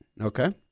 Okay